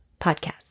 Podcast